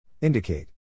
Indicate